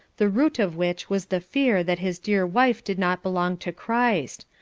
the root of which was the fear that his dear wife did not belong to christ,